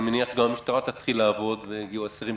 אני מניח שגם המשטרה תתחיל לעבוד ויגיעו אסירים